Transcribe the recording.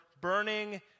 burning